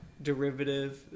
derivative